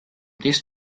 this